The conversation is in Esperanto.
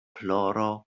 ploro